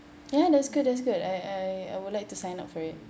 ya that's good that's good I I I would like to sign up for it